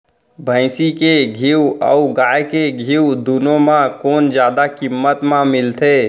भैंसी के घीव अऊ गाय के घीव दूनो म कोन जादा किम्मत म मिलथे?